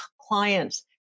clients